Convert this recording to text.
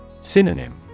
Synonym